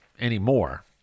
anymore